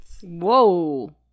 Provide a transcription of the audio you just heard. Whoa